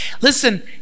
listen